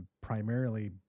primarily